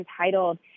entitled